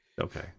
Okay